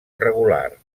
regular